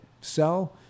sell